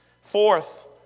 Fourth